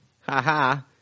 Ha-ha